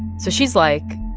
so she's like,